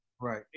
Right